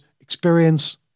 experience